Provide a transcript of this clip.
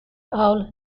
owl